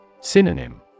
Synonym